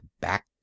back